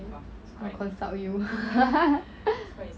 okay I will consult you